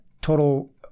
total